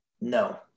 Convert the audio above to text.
No